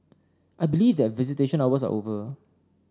I believe that visitation hours are over